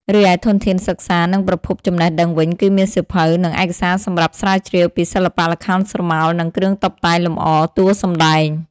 រីឯធនធានសិក្សា និងប្រភពចំណេះដឹងវិញ គឺមានសៀវភៅ និងឯកសារសម្រាប់ស្រាវជ្រាវពីសិល្បៈល្ខោនស្រមោល និងគ្រឿងតុបតែងលម្អតួសម្តែង។